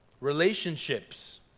relationships